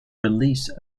release